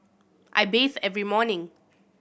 I bathe every morning